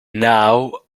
now